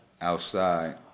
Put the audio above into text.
outside